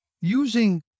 Using